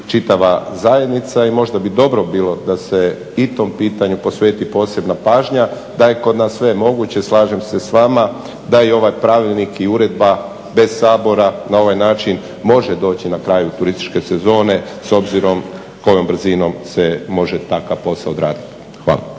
čitava zajednica i možda bi dobro bilo da se i tom pitanju posveti posebna pažnja, da je kod nas sve moguće, slažem se s vama, da i ovaj Pravilnik i uredba bez Sabora na ovaj način može doći na kraju turističke sezone s obzirom kojom brzinom se može takav posao odraditi. Hvala.